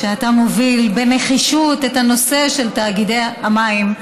ואתה מוביל בנחישות את הנושא של תאגידי המים: